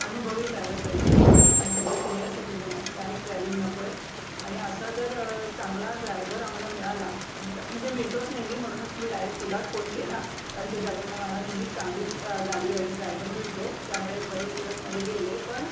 अनुभवी ड्रायव्हर पाहिजे कारण सगळे सीनियर सिटिझन आहेत रॅश ड्रायविंग नको आहे आणि असा जर चांगला ड्रायव्हर आम्हाला मिळाला तुमच्या म्हणजे मिळतोच नेहमी म्हणूनच मी डायरेक्ट तुलाच फोन केला कारण तुझ्याकडून मला नेहमीच चांगली गाडी आणि ड्रायव्हर मिळतो त्यामुळे बरेच दिवस मध्ये गेले पण